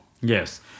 Yes